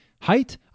height